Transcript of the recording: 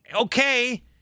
okay